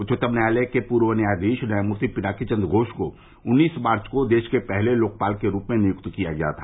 उच्चतम न्यायालय के पूर्व न्यायाधीश न्यायमूर्ति पिनाकी चंद्र घोष को उन्नीस मार्च को देश के पहले लोकपाल के रूप में नियुक्त किया गया था